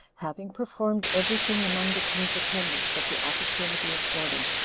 having performed every thing among the king's attendants that the opportunity afforded,